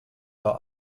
are